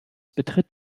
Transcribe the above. betritt